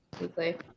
Weekly